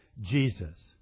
Jesus